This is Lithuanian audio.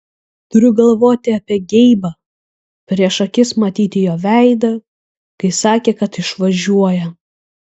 turiu galvoti apie geibą prieš akis matyti jo veidą kai sakė kad išvažiuoja